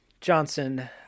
Johnson